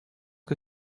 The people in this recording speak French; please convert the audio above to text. que